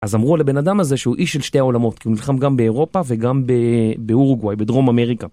אז אמרו לבן אדם הזה שהוא איש של שתי עולמות, כי הוא נלחם גם באירופה וגם באורגואי, בדרום אמריקה.